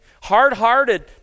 Hard-hearted